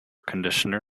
conditioner